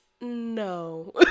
no